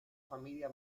familia